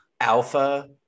alpha